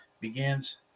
begins